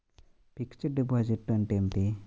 Fixed డిపాజిట్లు అంటే ఏమిటి?